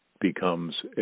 becomes